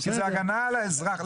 שזו הגנה על האזרח.